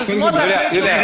היוזמות הכי טובות --- יוליה,